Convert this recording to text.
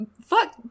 fuck